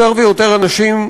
יותר ויותר אנשים,